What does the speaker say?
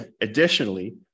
Additionally